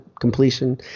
completion